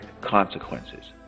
consequences